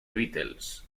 beatles